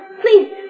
please